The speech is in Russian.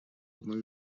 одной